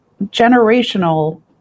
generational